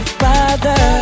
father